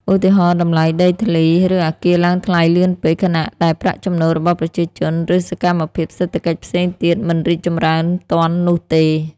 ឧទាហរណ៍ តម្លៃដីធ្លី ឬអគារឡើងថ្លៃលឿនពេក ខណៈដែលប្រាក់ចំណូលរបស់ប្រជាជន ឬសកម្មភាពសេដ្ឋកិច្ចផ្សេងទៀតមិនរីកចម្រើនទាន់នោះទេ។